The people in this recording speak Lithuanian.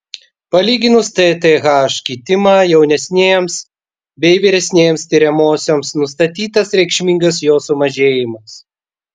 palyginus tth kitimą jaunesnėms bei vyresnėms tiriamosioms nustatytas reikšmingas jo sumažėjimas